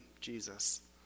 Jesus